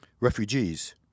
refugees